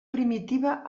primitiva